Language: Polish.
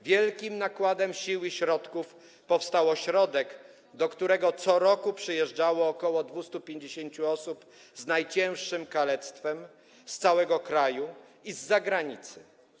Wielkim nakładem sił i środków powstał ośrodek, do którego co roku przyjeżdżało ok. 250 osób z najcięższym kalectwem, z całego kraju i z zagranicy.